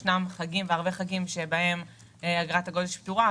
יש חגים שבהם אגרת הגודש פטורה.